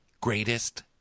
greatest